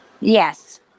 Yes